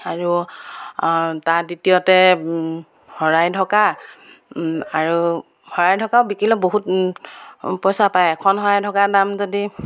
আৰু তাত দ্বিতীয়তে শৰাই ঢকা আৰু শৰাই ঢকাও বিকিলে বহুত পইচা পায় এখন শৰাই ঢকা দাম যদি